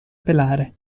pelare